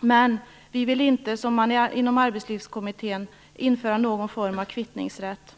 men vi vill inte som Arbetstidskommittén införa någon form av kvittningsrätt.